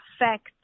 effect